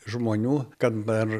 žmonių kad per